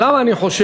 למה אני חושב